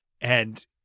and-